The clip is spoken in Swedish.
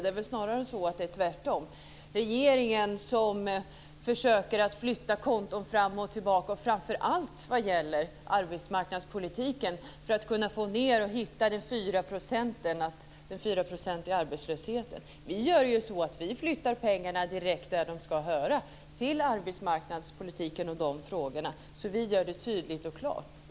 Det är väl snarare tvärtom - att det är regeringen som försöker flytta konton fram och tillbaka, framför allt vad gäller arbetsmarknadspolitiken, för att kunna få ned talen och hitta fram till den 4 Vi flyttar pengarna direkt dit där de ska höra hemma, dvs. till arbetsmarknadspolitiken och de frågorna, och vi gör det tydligt och klart.